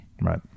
Right